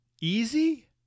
Easy